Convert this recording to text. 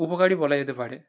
উপকারি বলা যেতে পারে